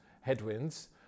headwinds